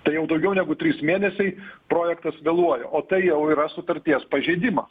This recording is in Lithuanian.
tai jau daugiau negu trys mėnesiai projektas vėluoja o tai jau yra sutarties pažeidimas